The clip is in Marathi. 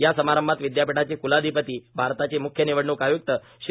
या समारंभात विदयापीठाचे कुलाधिपती भारताचे मुख्य निवडणूक आय्क्त श्री